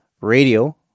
radio